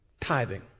tithing